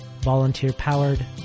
volunteer-powered